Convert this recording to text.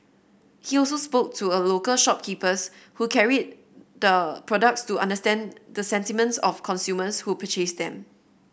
he also spoke to a local shopkeepers who carried the products to understand the sentiments of consumers who purchased them